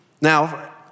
Now